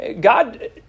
God